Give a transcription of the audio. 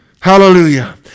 Hallelujah